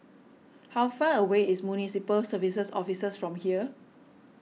how far away is Municipal Services Office from here